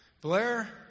Blair